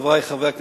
חברי חברי הכנסת,